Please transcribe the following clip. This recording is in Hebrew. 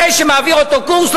אחרי שמעביר אותו קורס,